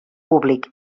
públic